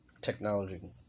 technology